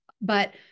but-